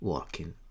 Walking